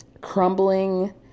crumbling